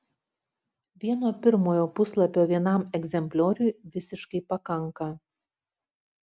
vieno pirmojo puslapio vienam egzemplioriui visiškai pakanka